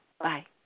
Bye